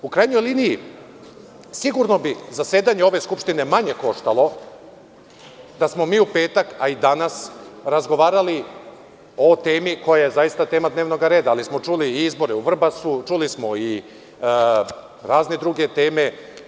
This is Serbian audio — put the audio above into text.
U krajnjoj liniji, sigurno bi zasedanje ove skupštine manje koštalo da smo mi u petak a i danas razgovarali o temi koja je zaista tema dnevnog reda, ali smo čuli i izbore u Vrbasu, čuli smo i razne druge teme.